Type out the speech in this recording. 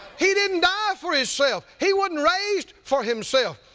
he didn't die for himself, he wasn't raised for himself,